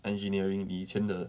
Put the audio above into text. engineering 你以前的